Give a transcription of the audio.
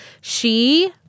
she-